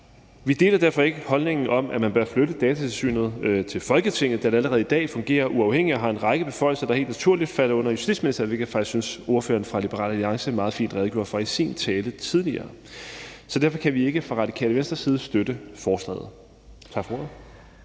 Vi deler derfor ikke holdningen om, at man bør flytte Datatilsynet til Folketinget, da det allerede i dag fungerer uafhængigt og har en række beføjelser, der helt naturligt falder under Justitsministeriet, hvilket jeg faktisk synes ordføreren for Liberal Alliance meget fint redegjorde for i sin tale tidligere. Derfor kan vi ikke fra Radikale Venstres side støtte forslaget. Tak for ordet.